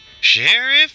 Sheriff